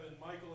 Michael